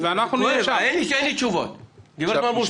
שמשרד האוצר יענו איזו תשובה אינטלגנטית,